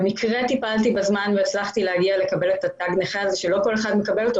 במקרה טיפלתי בזמן והצלחתי לקבל את תו הנכה שלא כל אחד מקבל אותו,